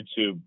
youtube